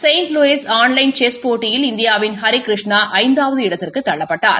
Saint லூயில் online chess போட்டியில் இந்தியாவின் ஹரி கிருஷ்ணா ஐந்தாவது இடத்திற்கு தள்ளப்பட்டார்